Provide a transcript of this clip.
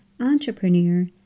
entrepreneur